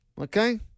Okay